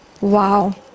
wow